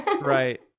Right